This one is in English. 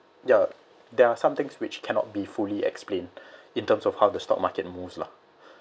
ya there are some things which cannot be fully explained in terms of how the stock market moves lah